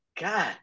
god